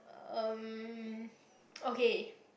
um okay